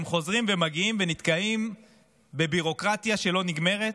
הם חוזרים ומגיעים ונתקעים בביורוקרטיה שלא נגמרת.